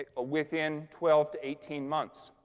ah ah within twelve to eighteen months.